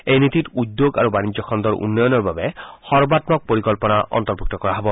এই নীতিত ওদ্যোগিক আৰু বাণিজ্য খণুৰ উন্নয়নৰ বাবে সৰ্বামক পৰিকল্পনা অন্তৰ্ভুক্ত কৰা হ'ব